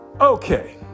Okay